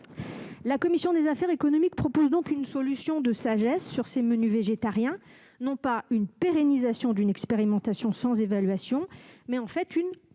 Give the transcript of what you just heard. La commission des affaires économiques propose donc une solution de sagesse sur ces menus végétariens : non pas une pérennisation d'une expérimentation sans évaluation, mais une prolongation